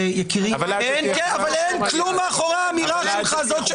יקירי, אין כלום מאחורי האמירה שלך.